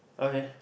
okay